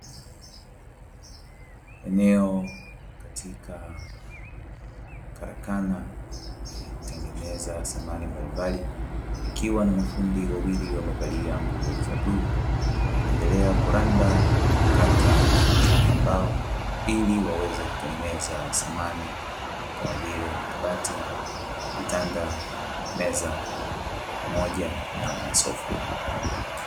Eneo katika karakana ya kutengeneza thamani mbalimbali ikiwa na mafundi wawili wamevalia nguo za bluu wakiendelea kuranda, kukata na kuchonga mbao ili waweze kutengeneza samani kama vile; makabati, vitanda, meza pamoja na masofa.